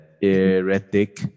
erratic